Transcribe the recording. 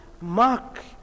mark